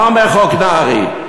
מה אומר חוק נהרי?